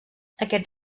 aquest